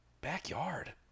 backyard